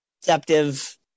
deceptive